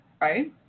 Right